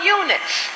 units